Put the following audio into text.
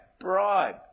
bribe